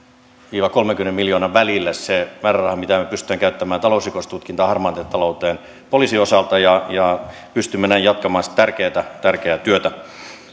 viiva kolmenkymmenen miljoonan välille se määräraha mitä me pystymme käyttämään talousrikostutkintaan harmaaseen talouteen poliisin osalta ja ja pystymme näin jatkamaan sitä tärkeää tärkeää työtä